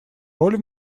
роль